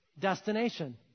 destination